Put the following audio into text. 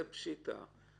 זה פשיטא.